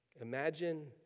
Imagine